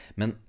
Men